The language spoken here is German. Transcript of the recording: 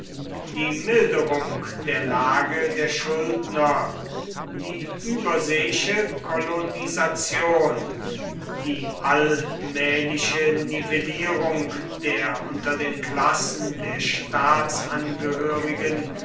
die milderung der lage der schuldner die überseeische kolonisation die allmähliche nivellierung der unter den klassen der staatsangehörigen